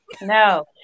No